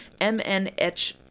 MNH